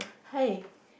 hi